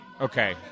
Okay